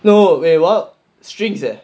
no wait what strings leh